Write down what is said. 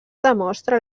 demostra